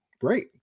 great